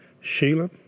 Sheila